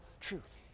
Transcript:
truth